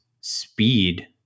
speed